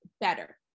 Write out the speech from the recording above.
better